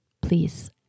Please